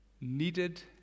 Needed